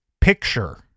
picture